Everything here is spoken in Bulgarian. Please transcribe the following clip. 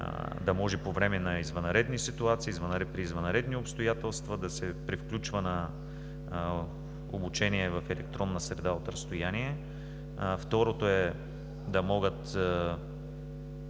да може по време на извънредни ситуации, при извънредни обстоятелства да се превключва на обучение в електронна среда от разстояние. Второто е да могат